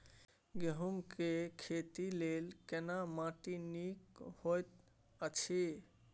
गेहूँ के खेती लेल केना माटी नीक होयत अछि?